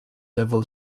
devil